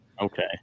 Okay